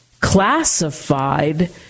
classified